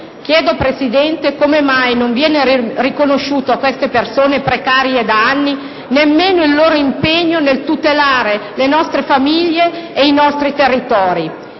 Chiedo, Presidente, come mai non venga riconosciuto a queste persone, precarie da anni, nemmeno il loro impegno nel tutelare le nostre famiglie e i nostri territori.